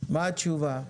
מה התשובה?